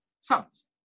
sons